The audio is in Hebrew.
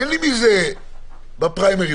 אין לי מזה רווח בפריימריז,